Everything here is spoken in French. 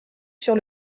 sur